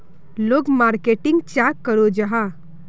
लोग मार्केटिंग चाँ करो जाहा?